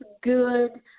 good